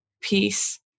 peace